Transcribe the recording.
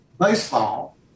baseball